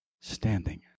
standing